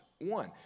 One